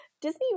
Disney